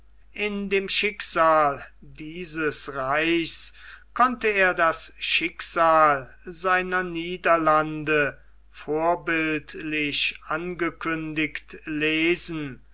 in dem schicksale dieses reichs konnte er das schicksal seiner niederlande vorbildlich angekündigt lesen